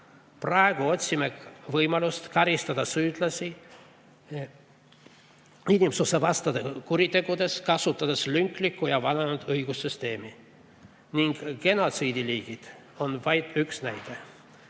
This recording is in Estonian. Praegu otsime võimalust karistada süüdlasi inimsusevastastes kuritegudes, kasutades lünklikku ja vananenud õigussüsteemi. Ning genotsiidi liigid on vaid üks näide. Veel